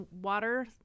water